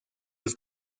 los